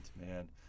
man